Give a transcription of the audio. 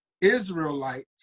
Israelites